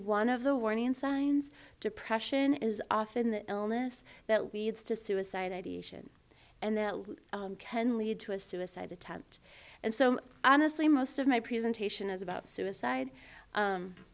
one of the warning signs depression is often the illness that leads to suicide ideation and that can lead to a suicide attempt and so honestly most of my presentation is about suicide